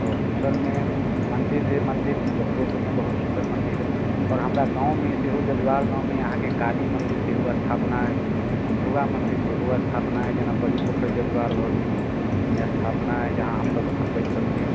आओर दोसरमे मन्दिर जे मन्दिर मुजफ्फरोपुरमे बहुत सुन्दर मन्दिर हय आओर हमरा गाँवमे सेहो जजुआर गाँवमे अहाँके काली मन्दिर सेहो स्थापना अइ दुर्गा मन्दिर सेहो स्थापना अइ जेना बड़ि पोखरि जजुआर भऽ गेल अइमे स्थापना हय जहाँ हमसभ बैसल छी